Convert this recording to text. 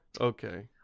Okay